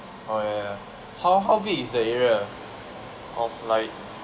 orh ya ya ya how how big is the area of like